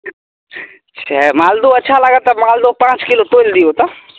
छै मालदहो अच्छा लागत तऽ पाँच किलो मालदहो तोलि दिऔ तऽ